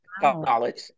college